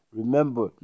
remember